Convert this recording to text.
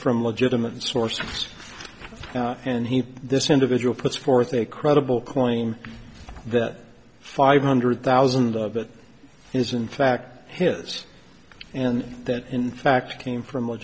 from legitimate sources and he this individual puts forth a credible claim that five hundred thousand of it is in fact his and that in fact came from a